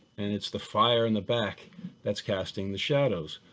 and it's the fire in the back that's casting the shadows.